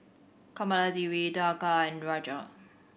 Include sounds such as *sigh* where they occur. Kamaladevi *unintelligible* and Raj